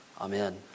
Amen